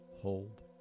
hold